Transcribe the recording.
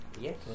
yes